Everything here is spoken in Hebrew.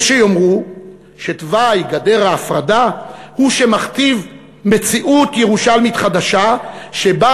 יש שיאמרו שתוואי גדר ההפרדה הוא שמכתיב מציאות ירושלמית חדשה שבה